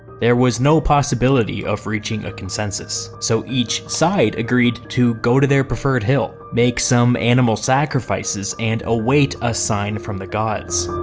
there was no possibility of reaching a consensus, so each side agreed to go to their preferred hill, make some animal sacrifices, and await a sign from the gods.